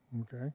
Okay